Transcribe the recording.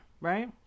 right